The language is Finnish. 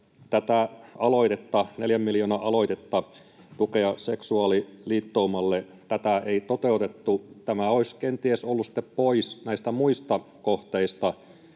tätä aloitetta, neljän miljoonan tukea seksuaaliliittoumalle, ei toteutettu. Tämä olisi kenties ollut sitten pois näistä muista kohteista,